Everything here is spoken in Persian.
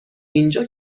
اینجا